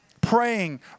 Praying